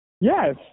Yes